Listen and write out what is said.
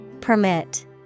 Permit